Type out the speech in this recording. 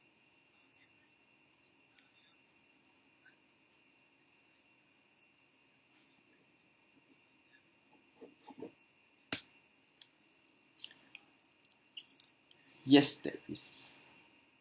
yes that is